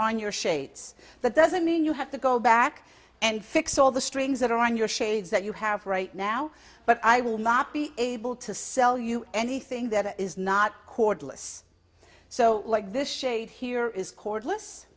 on your shades that doesn't mean you have to go back and fix all the strings that are on your shades that you have right now but i will not be able to sell you anything that is not cordless so like this shade here is